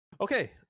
Okay